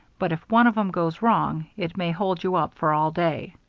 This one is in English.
but if one of em goes wrong, it may hold you up for all day.